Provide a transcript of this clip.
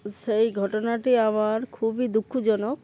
সেই ঘটনাটি আমার খুবই দুঃখজনক